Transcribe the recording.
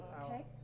Okay